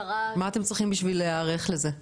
מה אתם צריכים בשביל להיערך לזה?